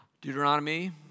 Deuteronomy